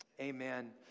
amen